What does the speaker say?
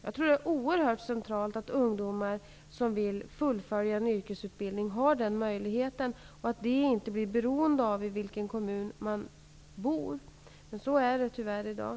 Jag tror att det är oerhört centralt att ungdomar som vill fullfölja sin yrkesutbildning också har den möjligheten, och inte är beroende av vilken de man bor i. Så är det tyvärr i dag.